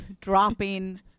dropping